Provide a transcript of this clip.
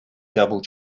double